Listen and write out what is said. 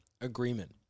agreement